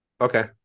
Okay